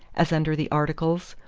as under the articles,